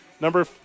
Number